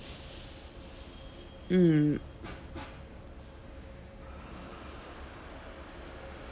mm